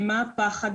מה הפחד,